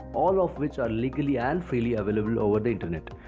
all of which are legally and freely available over the internet.